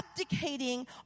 abdicating